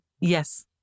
yes